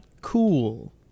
cool